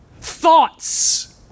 Thoughts